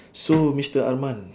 so mister arman